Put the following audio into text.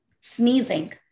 sneezing